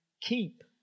keep